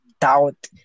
doubt